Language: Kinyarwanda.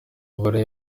mibare